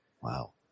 Wow